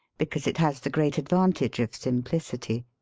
because it has the great advantage of sim plicity.